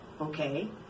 Okay